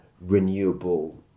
renewable